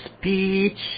speech